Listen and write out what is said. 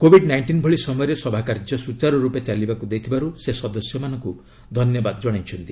Covid nineteen ଭଳି ସମୟରେ ସଭା କାର୍ଯ୍ୟ ସୂଚାରୁରୂପେ ଚାଲିବାକୁ ଦେଇଥିବାରୁ ସେ ସଦସ୍ୟମାନଙ୍କୁ ଧନ୍ୟବାଦ ଜଣାଇଛନ୍ତି